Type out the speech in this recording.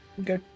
Okay